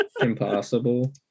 Impossible